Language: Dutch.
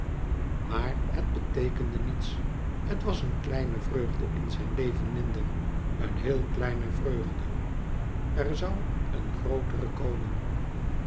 maar het beteekende niets het was een kleine vreugde in zijn leven minder een heel kleine vreugde er zou een grootere komen